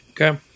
Okay